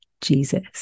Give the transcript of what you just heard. Jesus